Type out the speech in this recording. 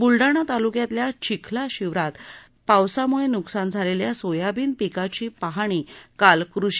बुलडाणा तालुक्यातल्या चिखला शिवारात पावसामुळे नुकसान झालेल्या सोयाबीन पिकाची पाहणी काल कषी